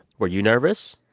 were you nervous?